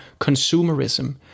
consumerism